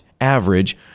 average